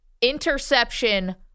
interception